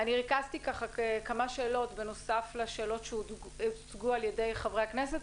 אני ריכזתי כמה שאלות בנוסף לשאלות שהוצגו על-ידי חברי הכנסת,